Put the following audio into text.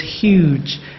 huge